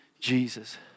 Jesus